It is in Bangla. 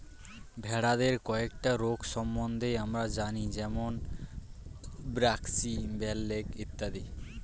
ভেড়াদের কয়েকটা রোগ সম্বন্ধে আমরা জানি যেরম ব্র্যাক্সি, ব্ল্যাক লেগ ইত্যাদি